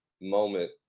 moment